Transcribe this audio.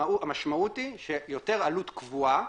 המשמעות היא שיותר עלות קבועה